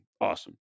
awesome